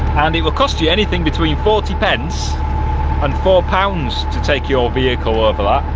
and it will cost you anything between forty pence and four pounds to take your vehicle over that.